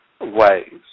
ways